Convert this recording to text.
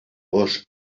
gos